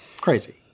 Crazy